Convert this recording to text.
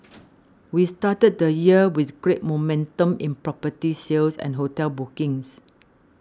we started the year with great momentum in property sales and hotel bookings